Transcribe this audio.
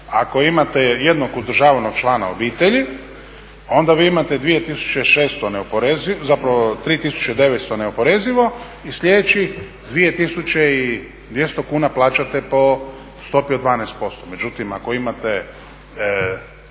ako imate jednog uzdržavanog člana obitelji onda vi imate 2600 neoporeziv, zapravo 3900 neoporezivo i sljedećih 2200 kuna plaćate po stopi od 12%.